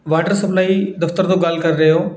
water supply ਦਫਤਰ ਤੋਂ ਗੱਲ ਕਰ ਰਹੇ ਹੋ